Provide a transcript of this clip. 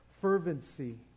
fervency